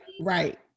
right